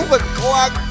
o'clock